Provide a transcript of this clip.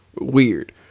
Weird